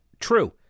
True